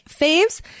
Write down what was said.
faves